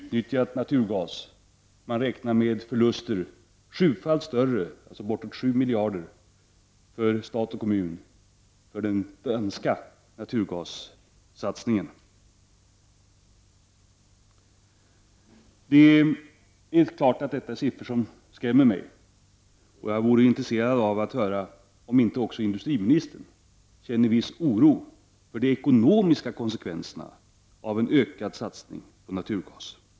Där räknar man med förluster som är sjufalt större för stat och kommun, alltså bortåt 7 miljarder, för den danska naturgassatsningen. Det är siffror som skrämmer mig, och jag vore intresserad av att höra om inte också industriministern känner en viss oro för de ekonomiska konsekvenserna av en ökad satsning på naturgas.